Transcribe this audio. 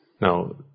Now